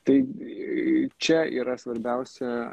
tai čia yra svarbiausia